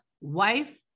wife